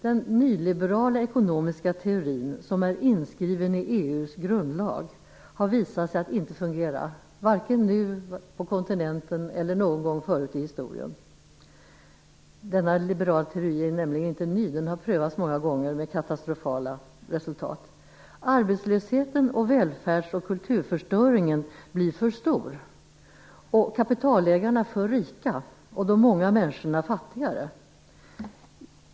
Den nyliberala ekonomiska teorin som är inskriven i EU:s grundlag har visat sig inte fungera, varken nu på kontinenten eller någon gång förut i historien. Denna liberala teori är nämligen inte ny. Den har prövats många gånger med katastrofala resultat. Arbetslösheten och välfärds och kulturförstöringen blir för stor, kapitalägarna för rika och de många människorna fattigare.